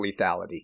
lethality